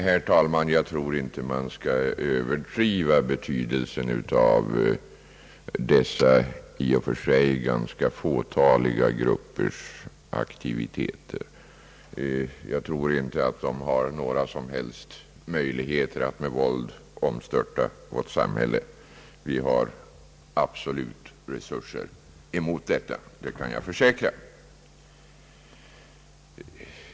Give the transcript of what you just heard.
Herr talman! Jag tror inte man skall överdriva betydelsen av dessa i och för sig ganska fåtaliga gruppers aktiviteter. Jag tror inte att de har några som helst möjligheter att med våld omstörta vårt samhälle. Vi har absolut resurser emot detta. Det kan jag försäkra.